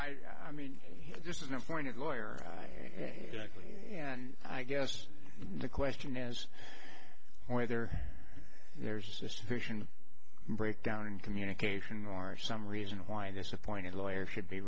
that i mean this is an appointed lawyer i actually and i guess the question is whether there's a suspicion breakdown in communication are some reason why this appointed lawyer should be